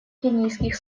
кенийских